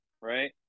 right